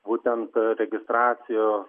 būtent registracijos